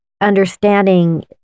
understanding